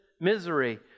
misery